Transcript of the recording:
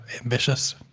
ambitious